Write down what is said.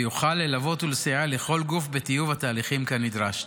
ויוכל ללוות ולסייע לכל גוף בטיוב התהליכים כנדרש.